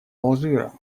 алжира